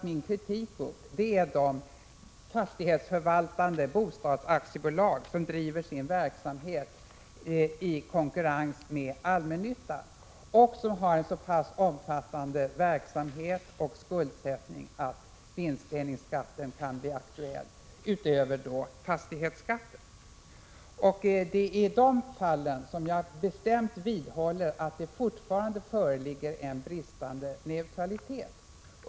Min kritik gäller de fastighetsförvaltande bostadsaktiebolag som driver sin verksamhet i konkurrens med allmännyttan och som har en så omfattande verksamhet och skuldsättning att det blir aktuellt med vinstdelningsskatt utöver fastighetsskatten. Det är i de fallen som jag bestämt vidhåller att det fortfarande föreligger bristande neutralitet.